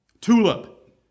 TULIP